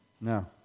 No